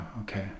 Okay